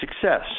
success